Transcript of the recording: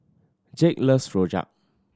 Jake loves Rojak